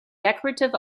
decorative